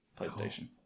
PlayStation